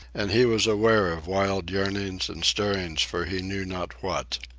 and he was aware of wild yearnings and stirrings for he knew not what.